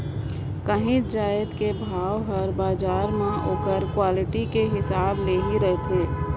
काहींच जाएत कर भाव हर बजार में ओकर क्वालिटी कर हिसाब ले ही रहथे